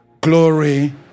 Glory